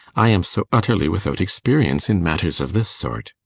i am so utterly without experience in matters of this sort.